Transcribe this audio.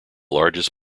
largest